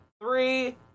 three